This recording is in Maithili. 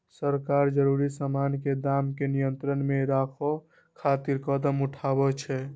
सरकार जरूरी सामान के दाम कें नियंत्रण मे राखै खातिर कदम उठाबै छै